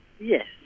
Yes